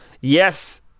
Yes